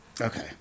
Okay